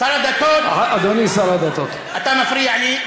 אתה מפריע לי.